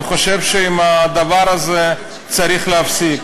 אני חושב שאת הדבר הזה צריך להפסיק,